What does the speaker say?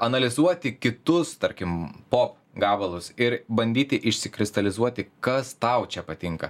analizuoti kitus tarkim pop gabalus ir bandyti išsikristalizuoti kas tau čia patinka